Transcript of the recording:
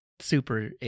super